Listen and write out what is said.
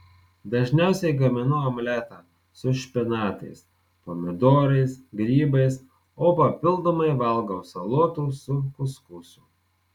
dažniausiai gaminu omletą su špinatais pomidorais grybais o papildomai valgau salotų su kuskusu